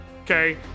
okay